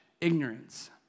ignorance